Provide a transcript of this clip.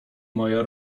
moja